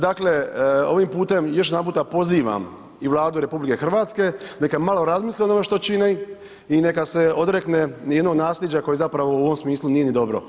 Dakle, ovim putem još jedan puta pozivam i Vladu RH neka malo razmisli o onome što čini i neka se odrekne jednog nasljeđa koje zapravo u ovom smislu nije ni dobro.